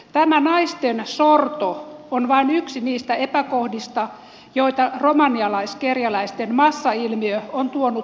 tämä naisten sorto on vain yksi niistä epäkohdista joita romanialaiskerjäläisten massailmiö on tuonut tullessaan